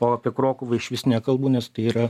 o apie krokuvą išvis nekalbu nes tai yra